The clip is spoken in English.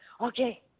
Okay